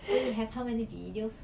so you have how many videos